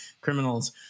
criminals